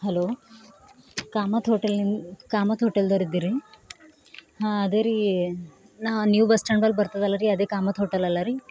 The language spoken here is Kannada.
ಹಲೋ ಕಾಮತ್ ಹೋಟೆಲ್ನಿನ್ ಕಾಮತ್ ಹೋಟೆಲ್ದವ್ರು ಇದ್ದೀರಿ ಹಾಂ ಅದೇ ರೀ ನ ನ್ಯೂ ಬಸ್ ಸ್ಟ್ಯಾಂಡ್ವರ್ಗೆ ಬರ್ತದಲ್ಲ ರೀ ಅದೇ ಕಾಮತ್ ಹೋಟೆಲಲ್ಲಾ ರೀ